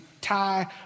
tie